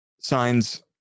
signs